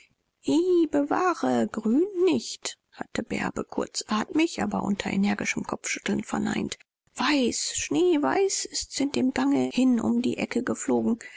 i bewahre grün nicht hatte bärbe kurzatmig aber unter energischem kopfschütteln verneint weiß schneeweiß ist's in dem gange hin um die ecke geflogen